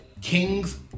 King's